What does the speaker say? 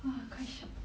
!wah! quite shock